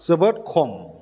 जोबोद खम